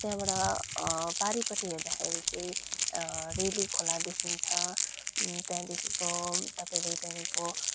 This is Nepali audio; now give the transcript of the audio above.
त्यहाँबाट पारिपट्टि हेर्दाखेरि चाहिँ रेली खोला देखिन्छ त्यहाँदेखिको तपाईँले त्यहाँदेखिको